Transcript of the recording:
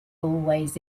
always